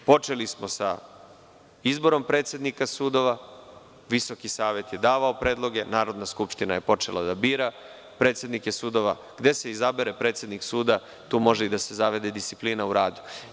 Počeli smo sa izborom predsednika sudova, Visoki savet je davao predloge, Narodna skupština je počela da bira predsednike sudova, gde se izabere predsednik suda, tu može i da se zavede disciplina u radu.